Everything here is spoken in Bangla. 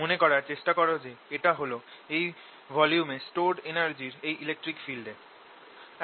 মনে করার চেষ্টা কর যে এটা হল এই ভলিউমে স্টোরড এনার্জি এই ইলেকট্রিক ফিল্ড এ